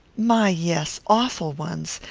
my, yes, awful ones,